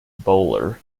bowler